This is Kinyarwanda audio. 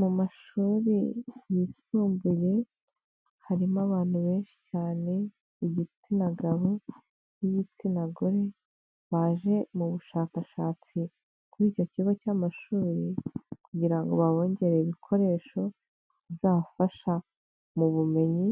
Mu mashuri yisumbuye harimo abantu benshi cyane igitsina gabo b'igitsina gore baje mu bushakashatsi kuri icyo kigo cy'amashuri kugira ngo babongererere ibikoresho bizabafasha mu bumenyi